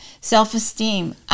self-esteem